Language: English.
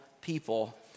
people